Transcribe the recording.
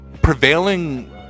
prevailing